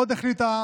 עוד החליטה